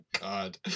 God